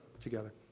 together